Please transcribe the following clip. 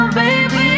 baby